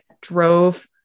drove